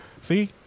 See